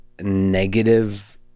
negative